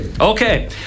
okay